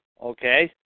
Okay